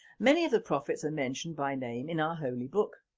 many of the prophets are mentioned by name in our holy book.